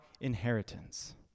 inheritance